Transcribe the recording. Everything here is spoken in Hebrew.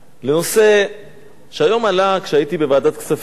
לנושא שהיום עלה כשהייתי בוועדת הכספים.